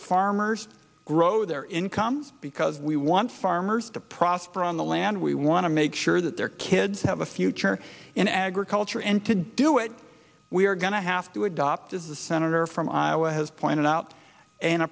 farmers grow their incomes because we want farmers to prosper on the land we want to make sure that their kids have a future in agriculture and to do it we are going to have to adopt as the senator from iowa has pointed out an